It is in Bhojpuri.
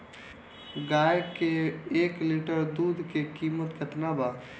गाए के एक लीटर दूध के कीमत केतना बा?